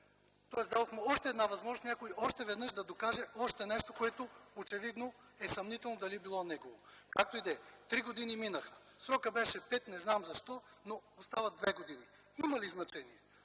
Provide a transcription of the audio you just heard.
тоест дадохте една възможност някой още веднъж да докаже нещо, което очевидно, че е съмнително, дали е било негово. Както и да е! Три години минаха. Срокът беше пет години – не знам защо, но остават две години. Има ли значение?!